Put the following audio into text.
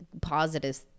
positive